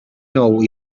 nou